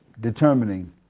determining